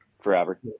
forever